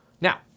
Now